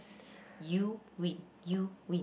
you win you win